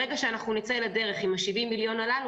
ברגע שנצא לדרך עם ה-70 מיליון שקל הללו